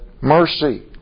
mercy